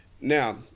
Now